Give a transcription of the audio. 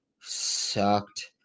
sucked